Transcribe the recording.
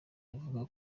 avuga